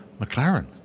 McLaren